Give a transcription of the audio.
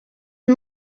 and